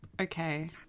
Okay